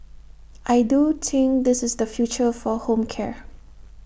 I do think this is the future for home care